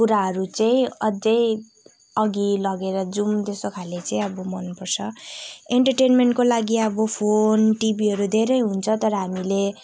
कुराहरू चाहिँ अझै अघि लगेर जाउँ जस्तो खाले चाहिँ मन पर्छ इन्टरटेन्मेन्टको लागि अब फोन टिभीहरू धेरै हुन्छ तर हामीले